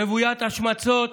רוויית השמצות.